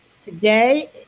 Today